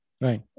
Right